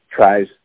tries